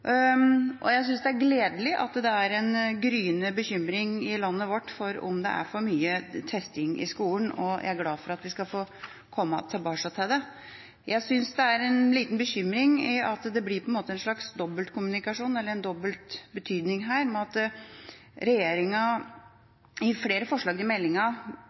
gledelig at det er en gryende bekymring i landet vårt for om det er for mye testing i skolen, og jeg er glad for at vi skal få komme tilbake til det. Jeg synes det er en liten bekymring i at det på en måte blir en slags dobbeltkommunikasjon, eller en dobbelt betydning, ved at mange av de forslagene regjeringa har lagt fram i meldinga,